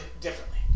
differently